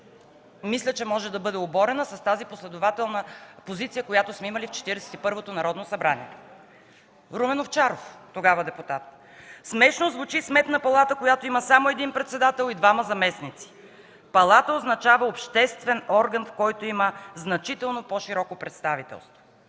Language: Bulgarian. мисля, че може да бъде оборена с последователната позиция, която сме имали в Четиридесет и първото Народно събрание. Румен Овчаров – тогава депутат: „Смешно звучи Сметна палата, която има само един председател и двама заместници. Палата означава обществен орган, в който има значително по-широко представителство.”